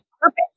purpose